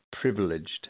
privileged